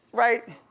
right?